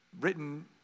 written